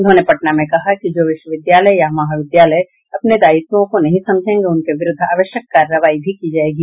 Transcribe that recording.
उन्होंने पटना में कहा कि जो विश्वविद्यालय या महाविद्यालय अपने दायित्वों को नहीं समझेंगे उनके विरूद्ध आवश्यक कार्रवाई भी की जायेगी